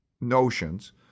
notions